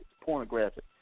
pornographic